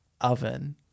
oven